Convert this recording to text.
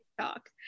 TikTok